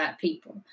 people